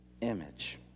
image